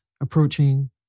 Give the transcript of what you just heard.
approaching